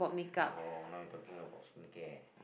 oh now you talking about skincare